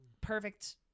perfect